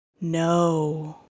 No